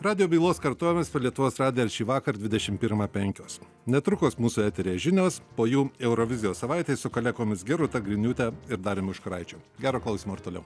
radijo bylos kartojimas per lietuvos radiją šįvakar dvidešimt pirmą penkios netrukus mūsų eteryje žinios po jų eurovizijos savaitė su kolegomis gerūta griniūte ir dariumi užkuraičiu gero klausymo ir toliau